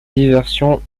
diversion